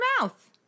mouth